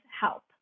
help